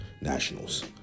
Nationals